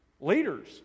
leaders